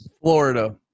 Florida